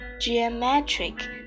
geometric